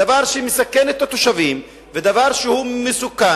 דבר שמסכן את התושבים ודבר שהוא מסוכן.